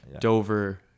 Dover